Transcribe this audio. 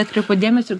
atkreipiau dėmesį